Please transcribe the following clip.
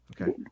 okay